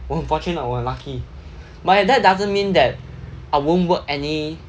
我很 fortunate 我很 lucky but that doesn't meant that I won't work any